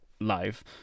live